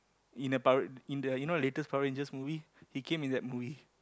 in the public in the you know latest Power-Rangers movie he came in that movie